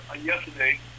yesterday